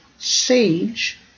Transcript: sage